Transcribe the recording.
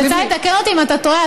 תקן אותי אם אני טועה,